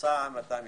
בממוצע 200 יחידות.